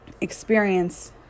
experience